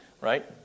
right